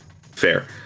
Fair